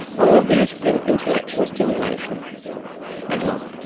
all of these bring intellectual stimulation and love,